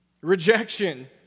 Rejection